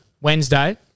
Wednesday